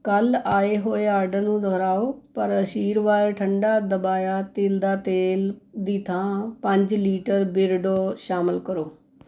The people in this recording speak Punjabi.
ਕੱਲ੍ਹ ਆਏ ਹੋਏ ਆਰਡਰ ਨੂੰ ਦੁਹਰਾਓ ਪਰ ਆਸ਼ੀਰਵਾਦ ਠੰਡਾ ਦਬਾਇਆ ਤਿਲ ਦਾ ਤੇਲ ਦੀ ਥਾਂ ਪੰਜ ਲੀਟਰ ਬਿਰਡੋ ਸ਼ਾਮਲ ਕਰੋ